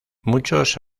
muchos